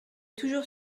toujours